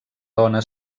dona